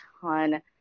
ton